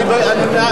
אני, חשבתי.